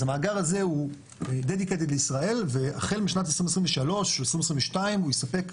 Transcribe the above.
אז המאגר הזה הוא dedicated לישראל והחל משנת 2023 או 2022 הוא יספק,